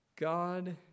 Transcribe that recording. God